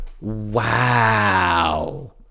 wow